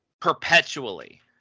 perpetually